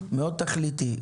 מאוד תכליתי.